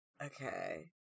okay